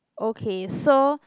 okay so